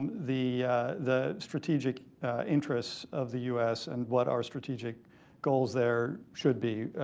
and the the strategic interests of the u s. and what our strategic goals there should be.